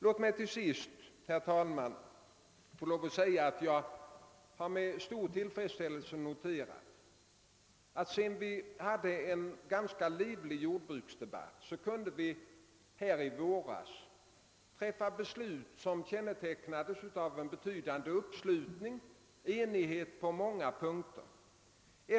Låt mig till sist, herr talman, få lov att säga att jag har med stor tillfredsställelse noterat, att vi efter en ganska livlig jordbruksdebatt kunde här i våras fatta beslut som kännetecknades av en betydande uppslutning och enighet på många punkter.